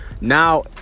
now